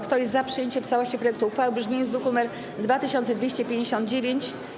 Kto jest za przyjęciem w całości projektu uchwały w brzmieniu z druku nr 2259?